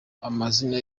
amazina